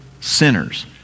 sinners